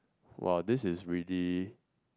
!wow! this is really